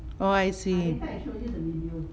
oh I see